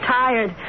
tired